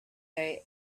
day